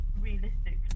realistically